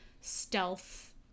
stealth